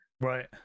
Right